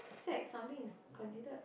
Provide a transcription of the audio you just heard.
sec something is considered